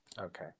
Okay